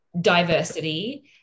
diversity